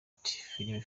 film